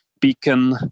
beacon